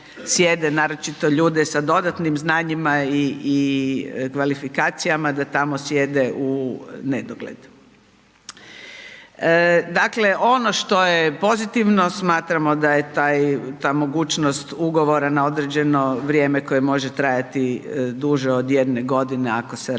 naročito ljude sa dodatnim znanjima i kvalifikacijama, da tamo sjede u nedogled. Dakle, ono što je pozitivno smatramo da je ta mogućnost ugovora na određeno vrijeme koje može trajati duže od jedne godine ako se radi